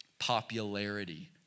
popularity